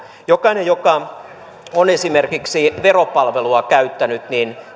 jokainen joka on esimerkiksi veropalvelua käyttänyt